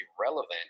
relevant